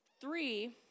three